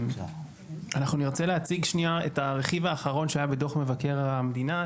אנחנו נרצה להציג את הרכיב האחרון שהיה בדוח מבקר המדינה,